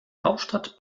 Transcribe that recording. hauptstadt